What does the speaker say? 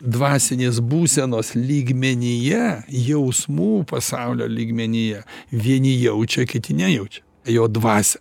dvasinės būsenos lygmenyje jausmų pasaulio lygmenyje vieni jaučia kiti nejaučia jo dvasią